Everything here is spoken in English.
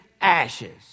ashes